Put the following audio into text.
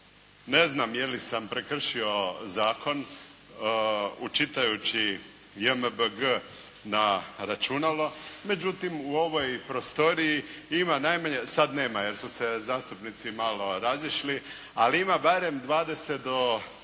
Ne znam je li sam prekršio zakon učitajući JMBG na računalo, međutim u ovoj prostoriji ima najmanje, sad nema jer su se zastupnici malo razišli, ali ima barem 20 do